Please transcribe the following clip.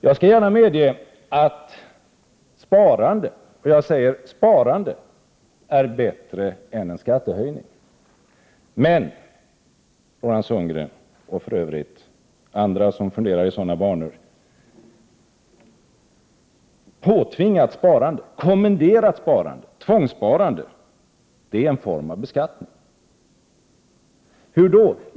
Jag medger gärna att sparande är bättre än en skattehöjning, men jag vill säga till Roland Sundgren och andra som funderar i sådana banor: Påtvingat sparande, kommenderat sparande, tvångssparande, är en form av beskattning. Hur då?